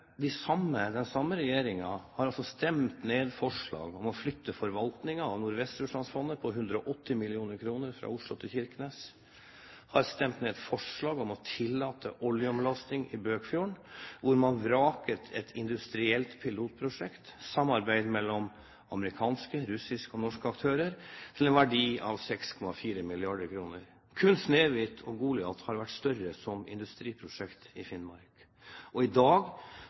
den samme regjeringen har også stemt ned forslag om å flytte forvaltningen av Nordvest-Russlandsfondet på 180 mill. kr fra Oslo til Kirkenes, har stemt ned forslag om å tillate oljeomlasting i Bøkfjorden – hvor man vraket et industrielt pilotprosjekt – et samarbeid mellom amerikanske, russiske og norske aktører til en verdi av 6,4 mrd. kr. Kun Snøhvit og Goliat har vært større som industriprosjekt i Finnmark. I dag